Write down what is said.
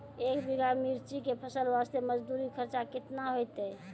एक बीघा मिर्ची के फसल वास्ते मजदूरी खर्चा केतना होइते?